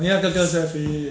I think 他哥哥是 F_A_A